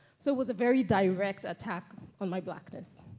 so it was a very direct attack on my blackness.